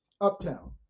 uptown